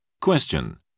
Question